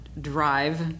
drive